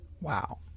Wow